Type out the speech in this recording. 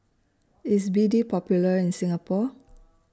IS B D Popular in Singapore